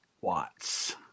Watts